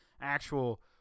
actual